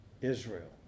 Israel